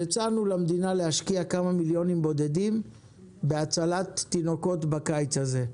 הצענו למדינה להשקיע כמה מיליוני שקלים בודדים בהצלת תינוקות בקיץ הזה.